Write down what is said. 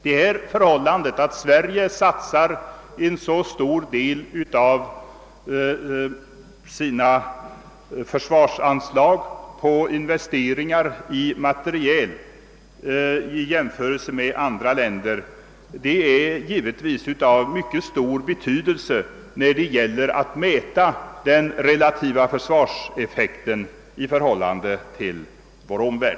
Detta ger givetvis vårt försvar en styrka som är synnerligen aktningsvärd. Enligt de säkerhetspolitiska bedömanden som gjorts bör detta vara fullt tillräckligt för att inge det förtroende och den respekt som är en förutsättning för alliansfrihet i fred och neutralitet i krig.